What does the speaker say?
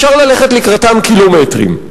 אפשר ללכת לקראתם קילומטרים.